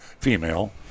female